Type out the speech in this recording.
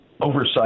oversight